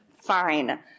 fine